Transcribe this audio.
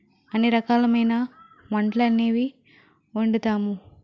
అన్ని రకాలమైన వంటలనేవి వండుతాము